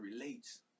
relates